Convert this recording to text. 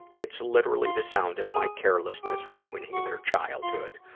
it's literally the sound of my carelessness ruining their childhood.